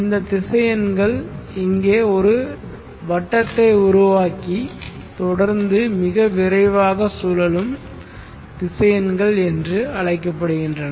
இந்த திசையன்கள் இங்கே ஒரு வட்டத்தை உருவாக்கி தொடர்ந்து மிக விரைவாக சுழலும் திசையன்கள் என்று அழைக்கப்படுகின்றன